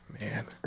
man